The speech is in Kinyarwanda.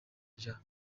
rya